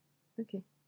okay